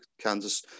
Kansas